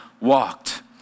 walked